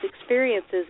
experiences